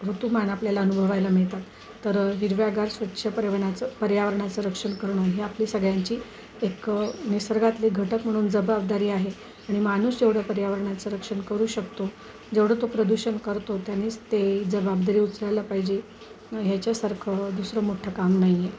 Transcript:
ऋतूमान आपल्याला अनुभवायला मिळतात तर हिरव्यागार स्वच्छ परिवणाचं पर्यावरणाचं रक्षण करणं हे आपली सगळ्यांची एक निसर्गातली घटक म्हणून जबाबदारी आहे आणि माणूस जेवढं पर्यावरणाचं रक्षण करू शकतो जेवढं तो प्रदूषण करतो त्यानेच ते जबाबदारी उचलायला पाहिजे ह्याच्यासारखं दुसरं मोठं काम नाही आहे